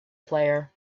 player